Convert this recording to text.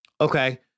okay